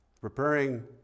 Preparing